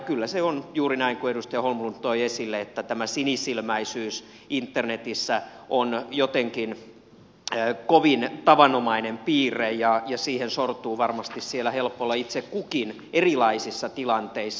kyllä se on juuri näin kuin edustaja holmlund toi esille että tämä sinisilmäisyys internetissä on jotenkin kovin tavanomainen piirre ja siihen sortuu varmasti siellä helpolla itse kukin erilaisissa tilanteissa